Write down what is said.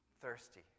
thirsty